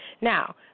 Now